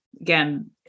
again